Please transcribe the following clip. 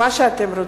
מה שאתם רוצים,